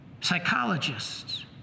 psychologists